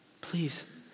please